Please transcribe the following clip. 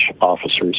officers